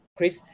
Chris